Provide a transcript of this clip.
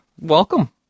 Welcome